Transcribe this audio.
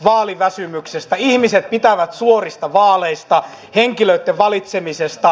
ihmiset pitävät suorista vaaleista henkilöitten valitsemisesta